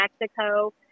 Mexico